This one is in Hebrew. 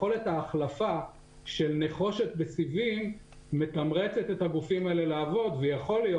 יכולת ההחלפה של נחושת בסיבים מתמרצת את הגופים האלה לעבוד ויכול להיות